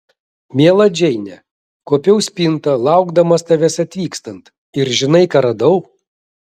miela džeine kuopiau spintą laukdamas tavęs atvykstant ir žinai ką radau